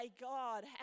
God